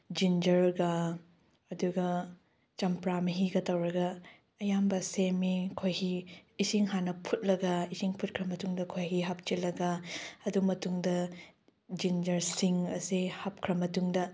ꯖꯤꯟꯖꯔꯒ ꯑꯗꯨꯒ ꯆꯝꯄ꯭ꯔꯥ ꯃꯍꯤꯒ ꯇꯧꯔꯒ ꯑꯌꯥꯝꯕ ꯁꯦꯝꯃꯦ ꯈꯣꯍꯤ ꯏꯁꯤꯡ ꯍꯥꯟꯅ ꯐꯨꯠꯂꯒ ꯏꯁꯤꯡ ꯐꯨꯠꯈ꯭ꯔ ꯃꯇꯨꯡꯗ ꯈꯣꯍꯤ ꯍꯥꯞꯆꯤꯜꯂꯒ ꯑꯗꯨ ꯃꯇꯨꯡꯗ ꯖꯤꯟꯖꯔ ꯁꯤꯡ ꯑꯁꯦ ꯍꯥꯞꯈ꯭ꯔ ꯃꯇꯨꯡꯗ